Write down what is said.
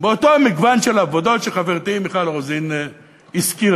באותו מגוון של עבודות שחברתי מיכל רוזין הזכירה,